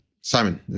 Simon